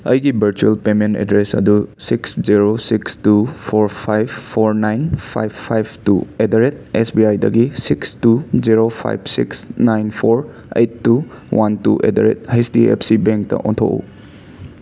ꯑꯩꯒꯤ virtual payment address ꯑꯗꯨ six zero six two four five four nine five five two at the rate S B ꯑꯥꯏꯗꯒꯤ six two zero five six nine four eight two one two at the rate H D F C ꯕꯦꯡꯛꯇ ꯑꯣꯟꯊꯣꯛꯎ